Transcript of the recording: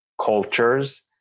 cultures